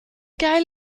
geil